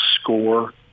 score